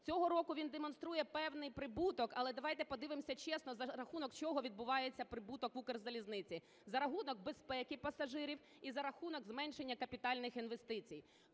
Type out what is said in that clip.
Цього року він демонструє певний прибуток, але давайте подивимося чесно, за рахунок чого відбувається прибуток в Укрзалізниці: за рахунок безпеки пасажирів і за рахунок зменшення капітальних інвестицій.